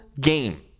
game